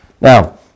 Now